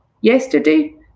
Yesterday